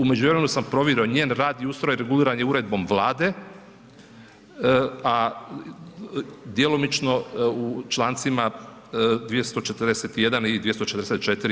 U međuvremenu sam provjerio njen rad i ustroj, reguliran je Uredbom Vlade, a djelomično u čl. 241. i 244.